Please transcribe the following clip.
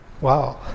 Wow